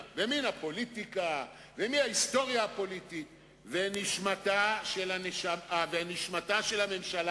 לא, נמשיך מחר.